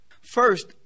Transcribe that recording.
First